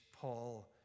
Paul